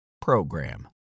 program